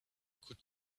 could